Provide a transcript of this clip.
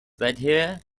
seither